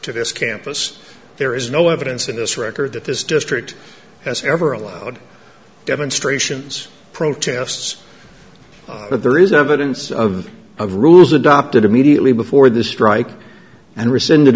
to this campus there is no evidence in this record that this district has ever allowed demonstrations protests but there is evidence of of rules adopted immediately before the strike and rescinded